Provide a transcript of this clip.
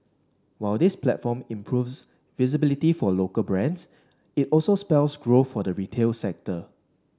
while this platform improves visibility for local brands it also spells growth for the retail sector